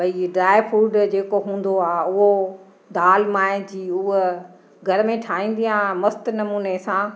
भई dry fruit जेको हूंदो आहे उहो दालि माए जी हूअ घर में ठाहींदी आहियां मस्तु नमुने सां